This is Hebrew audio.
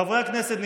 חברי הכנסת,